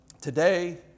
today